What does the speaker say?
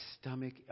stomach